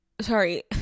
Sorry